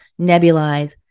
nebulize